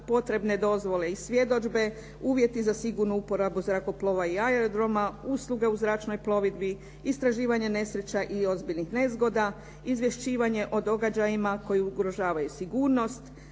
potrebne dozvole i svjedodžbe, uvjeti za sigurnu upotrebu zrakoplova i aerodroma, usluge u zračnoj plovidbi, istraživanja nesreća i ozbiljnih nezgoda, izvješćivanje o događajima koji ugrožavaju sigurnost,